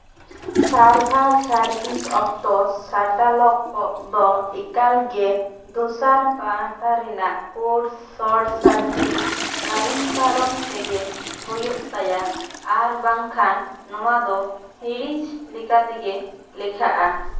ᱥᱟᱨᱵᱷᱟᱨ service ᱚᱠᱛᱚ ᱥᱟᱴᱟᱞᱚᱠᱚᱜ ᱫᱚ ᱮᱠᱟᱞ ᱜᱮ ᱫᱚᱥᱟᱨ ᱯᱟᱦᱴᱟ ᱨᱮᱱᱟᱜ ᱠᱳᱨ ᱥᱚᱨᱴ ᱥᱟᱨᱵᱷᱤᱥ ᱞᱟᱭᱤᱱ ᱯᱟᱨᱚᱢ ᱛᱮᱜᱮ ᱦᱩᱭᱩᱜ ᱛᱟᱭᱟ ᱟᱨ ᱵᱟᱝᱠᱷᱟᱱ ᱱᱚᱣᱟ ᱫᱚ ᱦᱤᱲᱤᱡᱽ ᱞᱮᱠᱟᱛᱮᱜᱮ ᱞᱮᱠᱷᱟᱜᱼᱟ